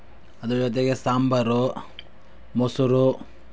ಅದರ ಜೊತೆಗೆ ಸಾಂಬಾರು ಮೊಸರು